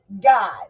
god